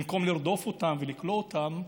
במקום לרדוף אותם ולכלוא אותם,